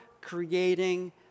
creating